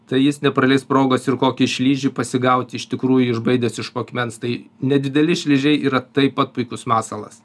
tai jis nepraleis progos ir kokį šližių pasigauti iš tikrųjų išbaidęs iš po akmens tai nedideli šližiai yra taip pat puikus masalas